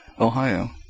Ohio